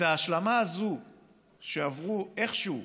את ההשלמה הזאת שעברו איכשהו,